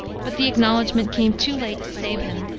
but the acknowledgment came too late to save him.